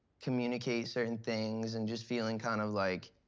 communicate certain things and just feeling kind of, like,